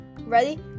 ready